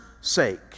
sake